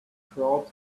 crowd